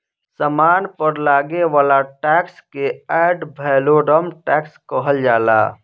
सामान पर लागे वाला टैक्स के एड वैलोरम टैक्स कहल जाला